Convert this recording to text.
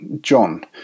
John